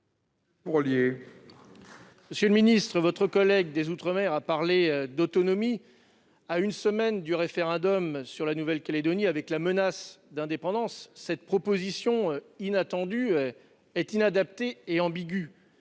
Monsieur le ministre, votre collègue des outre-mer a parlé d'autonomie à une semaine du référendum sur la Nouvelle-Calédonie, qui fait planer une menace d'indépendance. Cette proposition inattendue est inadaptée et ambiguë.